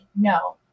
no